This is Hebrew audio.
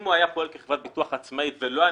אם הוא היה פועל כחברת ביטוח עצמאית ולא היה